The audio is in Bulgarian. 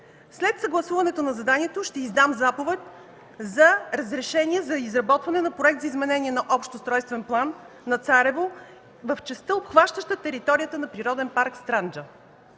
След съгласуване на заданието ще издам заповед за разрешение за изработване на проект за изменение на Общия устройствен план на Царево в частта, обхващаща територията на природен парк „Странджа”.